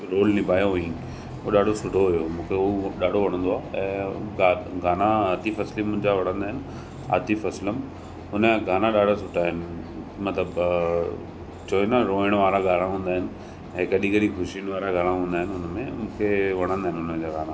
role निभायो हुयईं उहो ॾाढो सुठो हुयो मूंखे हूअ ॾाढो वणंदो आहे ऐं गा गाना आतिफ़ असलम जा वणंदा आहिनि आतिफ़ असलम हुनजा गाना ॾाढा सुठा आहिनि मतिलबु चवंदा आहिनि रोइण वारा गाना हूंदा आहिनि ऐं कॾहिं कॾहिं ख़ुशीयुनि वारा गाना हूंदा आहिनि उनमें मूंखे वणंदा आहिनि उनजा गाना